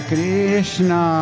Krishna